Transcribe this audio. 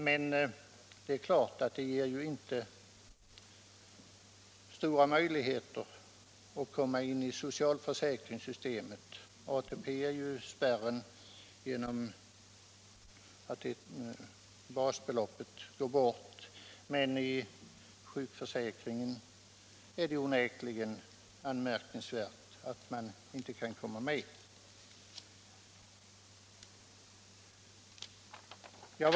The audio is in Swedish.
Men det ger ju inte stora möjligheter att komma in i socialförsäkringssystemet. ATP-systemet är ännu spärrat genom basbeloppet, men det är onekligen anmärkningsvärt att det inte skall gå att komma med i sjukförsäkringen.